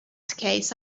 case